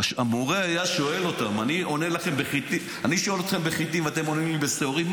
המורה היה שואל אותם: אני שואל אתכם על חיטים ואתם עונים לי בשעורים?